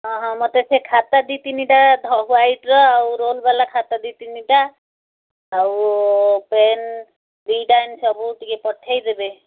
ହଁ ହଁ ମୋତେ ସେ ଖାତା ଦୁଇ ତିନିଟା ହ୍ୱାଇଟର ଆଉ ରୋଲ୍ ବାଲା ଖାତା ଦୁଇ ତିନିଟା ଆଉ ପେନ୍ ଦୁଇଟା ଏମିତି ସବୁ ଟିକେ ପଠେଇଦେବେ